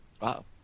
wow